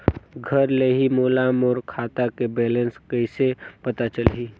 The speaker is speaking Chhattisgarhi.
घर ले ही मोला मोर खाता के बैलेंस कइसे पता चलही?